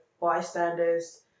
bystanders